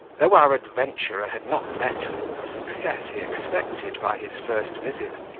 though our adventurer had not met with all the success he expected by his first visit,